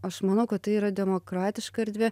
aš manau kad tai yra demokratiška erdvė